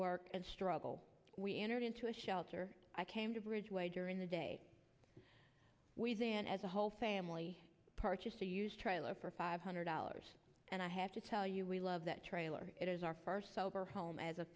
work and struggle we entered into a shelter i came to bridge way during the day we've been as a whole family part just a huge trailer for five hundred dollars and i have to tell you we love that trailer it is our first sober home as a